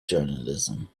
journalism